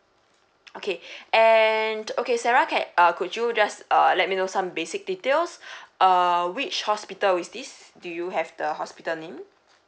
okay and okay sarah can uh could you just uh let me know some basic details uh which hospital is this do you have the hospital name